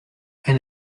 ein